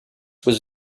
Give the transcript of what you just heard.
was